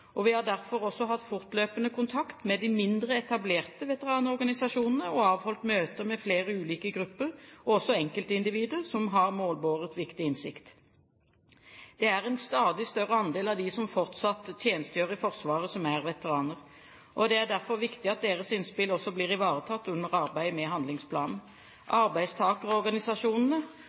og kommentarer. Vi har derfor også hatt fortløpende kontakt med de mindre etablerte veteranorganisasjonene, og avholdt møter med flere ulike grupper og enkeltindivider som har målbåret viktig innsikt. Det er en stadig større andel av dem som fortsatt tjenestegjør i Forsvaret, som er veteraner. Det er derfor viktig at deres innspill også blir ivaretatt under arbeidet med handlingsplanen. Arbeidstakerorganisasjonene